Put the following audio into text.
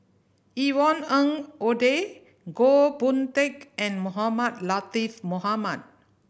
Yvonne Ng Uhde Goh Boon Teck and Mohamed Latiff Mohamed